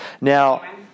Now